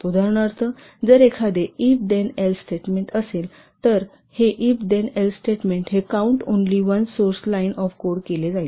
उदाहरणार्थ जर एखादे इफ देन एल्स स्टेटमेंट असेल तर हे इफ देन एल्स स्टेटमेंट हे count only one source line of code केले जाईल